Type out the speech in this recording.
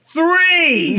Three